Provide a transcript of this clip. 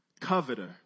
coveter